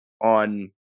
on